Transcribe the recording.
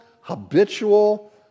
habitual